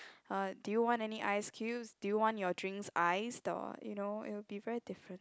uh do you want any ice cubes do you want your drinks iced or you know it will be very different